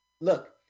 look